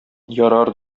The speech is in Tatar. ярар